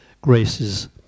graces